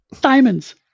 Diamonds